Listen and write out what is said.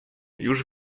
już